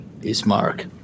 Ismark